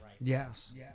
Yes